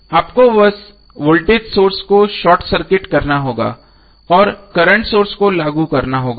आपको बस voltage source को शॉर्ट सर्किट करना होगा और करंट सोर्स को लागू करना होगा